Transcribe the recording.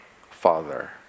Father